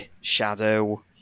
Shadow